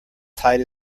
tight